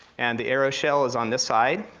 and the aeroshell is on this side,